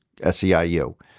seiu